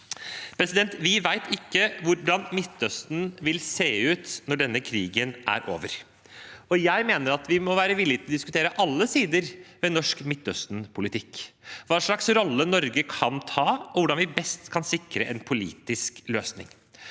fredsavtale. Vi vet ikke hvordan Midtøsten vil se ut når denne krigen er over. Jeg mener at vi må være villige til å diskutere alle sider ved norsk Midtøsten-politikk – hva slags rolle Norge kan ta, og hvordan vi best kan sikre en politisk løsning.